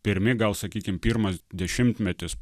pirmi gal sakykim pirmas dešimtmetis